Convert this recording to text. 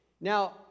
Now